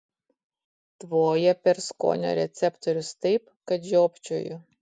tvoja per skonio receptorius taip kad žiopčioju